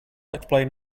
explain